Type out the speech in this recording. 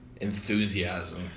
enthusiasm